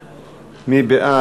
בבקשה,